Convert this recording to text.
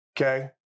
okay